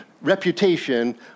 reputation